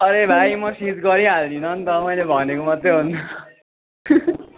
अरे भाइ म सिज गरी हाल्दिनँ नि त मैले भनेको मात्रै हो